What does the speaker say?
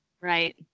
right